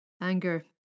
Anger